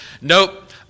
nope